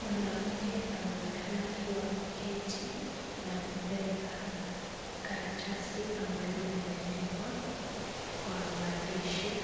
Mwanamke anaonekana akiwa ameketi na kubeba karatasi ambalo limeandikwa kwa maandishi